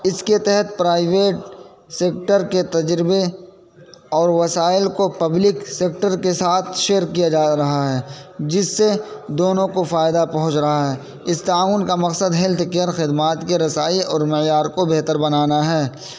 اس کے تحت private sector کے تجربے اور وسائل کو پبلک سیکٹر کے ساتھ شیئر کیا جا رہا ہے جس سے دونوں کو فائدہ پہنچ رہا ہے اس تعاون کا مقصد ہیلتھ کیئر خدمات کے رسائی اور معیار کو بہتر بنانا ہے